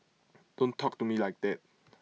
don't talk to me like that